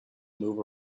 move